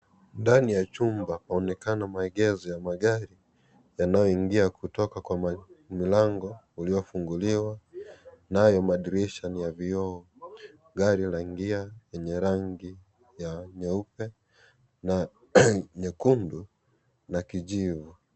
Ndani ya chumba paonekana maegezo ya magari yanayoingia kutoka kwa mlango uliofunguliwa nayo madirisha ni ya vioo. Gari la ingia lenye rangi ya nyeupe na nyekundu na kijivu.